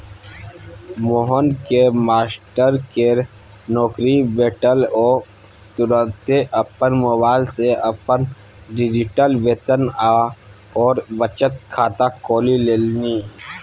मोहनकेँ मास्टरकेर नौकरी भेटल ओ तुरते अपन मोबाइल सँ अपन डिजिटल वेतन आओर बचत खाता खोलि लेलनि